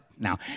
Now